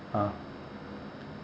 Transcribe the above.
ah